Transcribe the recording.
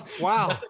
Wow